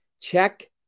Check